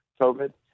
COVID